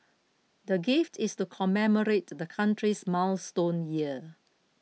the gift is to commemorate the country's milestone year